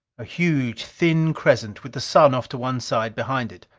a huge, thin crescent, with the sun off to one side behind it.